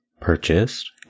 purchased